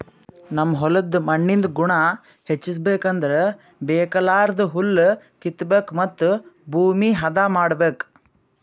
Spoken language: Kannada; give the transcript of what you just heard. ನಮ್ ಹೋಲ್ದ್ ಮಣ್ಣಿಂದ್ ಗುಣ ಹೆಚಸ್ಬೇಕ್ ಅಂದ್ರ ಬೇಕಾಗಲಾರ್ದ್ ಹುಲ್ಲ ಕಿತ್ತಬೇಕ್ ಮತ್ತ್ ಭೂಮಿ ಹದ ಮಾಡ್ಬೇಕ್